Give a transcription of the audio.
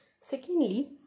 secondly